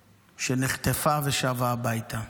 שנחטפה ושבה הביתה